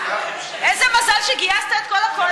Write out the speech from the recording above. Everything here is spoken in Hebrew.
איזה מזל שגייסת את כל הקואליציה.